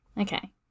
Okay